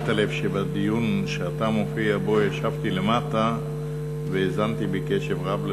שמת לב שבדיון שאתה מופיע בו ישבתי למטה והאזנתי בקשב רב לדבריך.